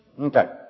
Okay